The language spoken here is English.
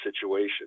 situation